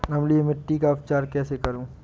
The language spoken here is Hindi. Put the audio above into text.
अम्लीय मिट्टी का उपचार कैसे करूँ?